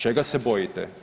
Čega se bojite?